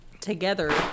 together